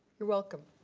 you're welcome.